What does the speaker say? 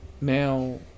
Now